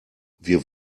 wir